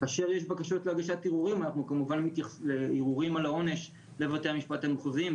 כאשר יש בקשות להגשת ערעורים על העונש לבתי המשפט המחוזיים,